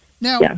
Now